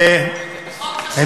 כל הכבוד.